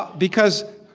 because